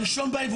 הראשון בהם,